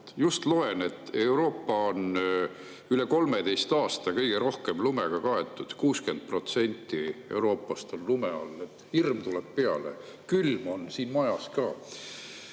Just loen, et Euroopa on [praegu] üle 13 aasta kõige rohkem lumega kaetud, 60% Euroopast on lume all. Hirm tuleb peale, siin majas on